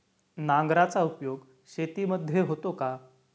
नांगराचा उपयोग शेतीमध्ये होतो का?